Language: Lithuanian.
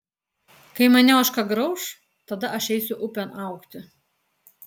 kai mane ožka grauš tada aš eisiu upėn augti